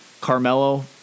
Carmelo